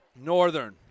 Northern